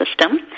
system